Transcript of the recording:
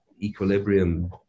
equilibrium